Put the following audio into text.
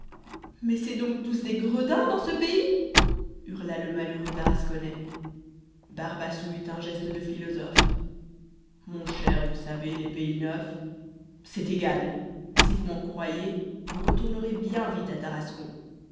mais c'est donc tous des gredins dans ce pays hurla le malheureux tarasconnais barbassou eut un geste de philosophe mon cher vous savez les pays neufs c'est égal si vous m'en croyez vous retournerez bien vite à tarascon